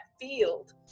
field